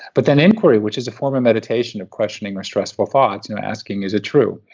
but then inquiry, which is a form of meditation, of questioning our stressful thoughts, asking is it true.